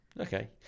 Okay